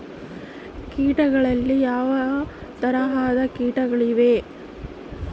ಕೇಟಗಳಲ್ಲಿ ಯಾವ ಯಾವ ತರಹದ ಕೇಟಗಳು ಇವೆ?